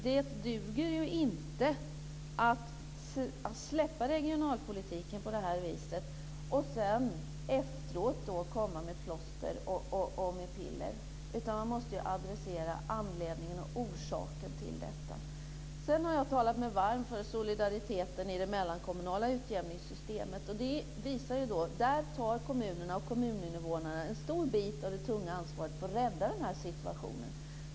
Det duger inte att släppa regionalpolitiken på det här viset och sedan efteråt komma med plåster och piller. Man måste ju rikta in sig på anledningen och orsaken till detta. Jag har talat mig varm för solidariteten i det mellankommunala utjämningssystemet. Där tar kommunerna och kommuninvånarna en stor del av det tunga ansvaret för att rädda den här situationen.